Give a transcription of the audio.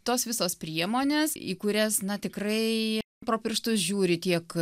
tos visos priemonės į kurias na tikrai pro pirštus žiūri tiek